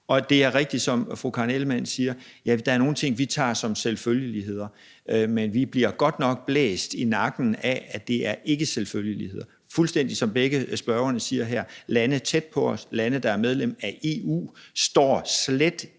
sag. Det er rigtigt, som fru Karen Ellemann siger, at der er nogle ting, som vi tager som selvfølgeligheder, men vi bliver godt nok blæst i nakken med, at det ikke er selvfølgeligheder. Der er, fuldstændig som spørgerne siger her, lande, der er tæt på os, lande, der er medlem af EU, som slet ikke